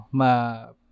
ma